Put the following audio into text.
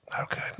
Okay